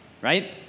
right